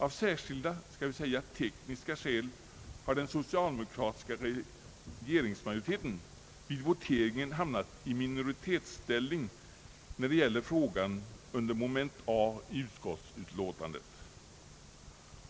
Av särskilda, skall vi säga, tekniska skäl har den socialdemokratiska regeringsmajoriteten vid voteringen hamnat i minoritetsställning när det gäller frågan under punkt A i utskottsutlåtandet.